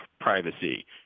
privacy